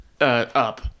up